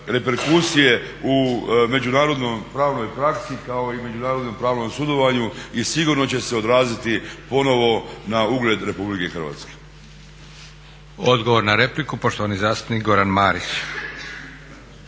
reperkusije u međunarodno pravnoj praksi kao i međunarodnom pravom sudovanju i sigurno će se odraziti ponovo na ugled RH. **Leko, Josip (SDP)** Odgovor na repliku poštovani zastupnik Goran Marić.